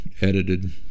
edited